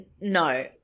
no